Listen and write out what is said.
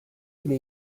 ile